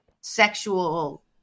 sexual